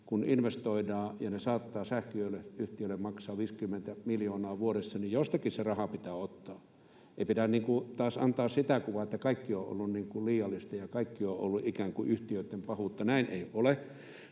kun investoidaan ja ne saattavat sähköyhtiöille maksaa 50 miljoonaa vuodessa, niin jostakin se raha pitää ottaa. Ei pidä taas antaa sitä kuvaa, että kaikki on ollut liiallista ja kaikki on ollut ikään kuin yhtiöitten pahuutta. Näin ei ole.